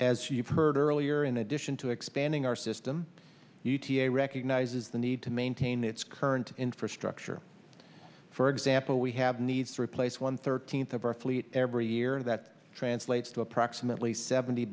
as you've heard earlier in addition to expanding our system e t a recognizes the need to maintain its current infrastructure for example we have needs to replace one thirteenth of our fleet every year and that translates to approximately seventy